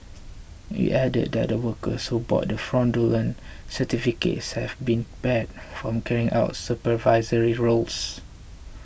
it added that the workers who bought the fraudulent certificates have been barred from carrying out supervisory roles